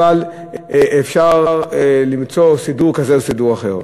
אבל אפשר למצוא סידור כזה וסידור אחר.